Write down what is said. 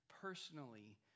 personally